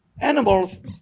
Animals